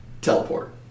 Teleport